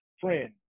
friend